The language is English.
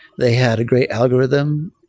they had a great algorithm,